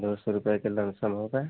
दो सौ रुपये के लभसम होगा